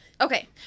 Okay